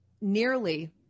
nearly